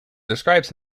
describes